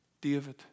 David